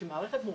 זו מערכת מורכבת.